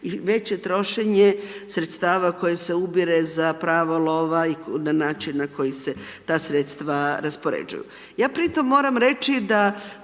i veće trošenje sredstava koje se ubire za pravo lova i na način na koji se ta sredstva raspoređuju. Ja pritom moram reći da